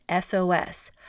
SOS